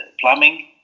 plumbing